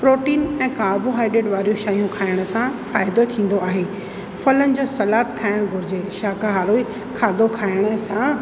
protein ऐं carbohydrate वारियूं शयूं खाइण सां फ़ाइदो थींदो आहे फलनि जो सलादु खाइणु घुरिजे शाकाहारी ई खाधो खाइण सां